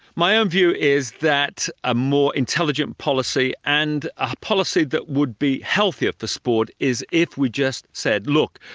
my own um view is that a more intelligent policy and a policy that would be healthier for sport is if we just said look,